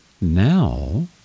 Now